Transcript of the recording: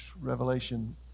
Revelation